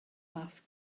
math